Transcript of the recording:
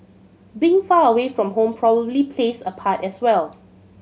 being far away from home probably plays a part as well